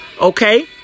Okay